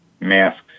Masks